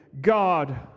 God